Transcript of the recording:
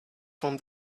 from